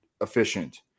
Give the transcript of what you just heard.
efficient